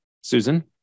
Susan